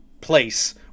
place